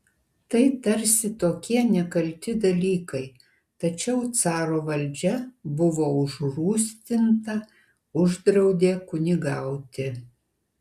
tai tarsi tokie nekalti dalykai tačiau caro valdžia buvo užrūstinta uždraudė kunigauti